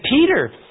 Peter